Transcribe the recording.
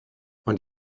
und